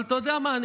אבל אתה יודע מה?